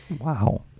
wow